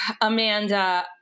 Amanda